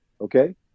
Okay